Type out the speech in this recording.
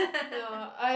no I